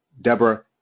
Deborah